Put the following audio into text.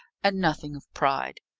and nothing of pride.